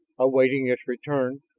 awaiting its return,